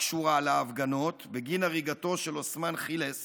הקשורה להפגנות, בגין הריגתו של עות'מאן חילס